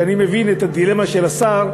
שאני מבין את הדילמה של השר,